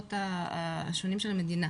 מהמוסדות השונים של המדינה.